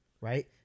right